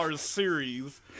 series